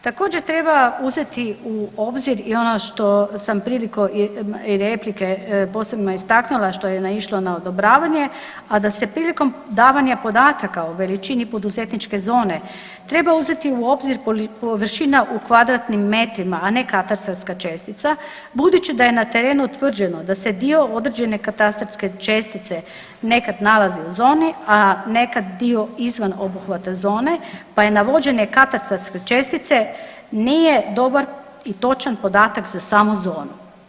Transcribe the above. Također treba uzeti u obzir i ono što sam prilikom i replike posebno istaknula, a što je naišlo na odobravanje, a da se prilikom davanja podataka o veličini poduzetničke zone treba uzeti u obzir površina u kvadratnim metrima, a ne katastarska čestica budući da je na terenu utvrđeno da se dio određene katastarske čestice nekad nalazi u zoni, a nekad dio izvan obuhvata zone, pa navođenje katastarske čestice nije dobar i točan podatak za samu zonu.